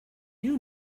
you